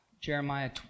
Jeremiah